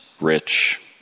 rich